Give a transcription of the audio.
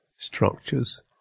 structures